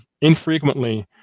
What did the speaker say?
infrequently